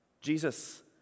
Jesus